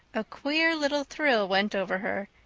a queer little thrill went over her,